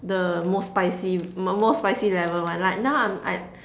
the most spicy most spicy level one like now I'm at